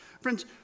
Friends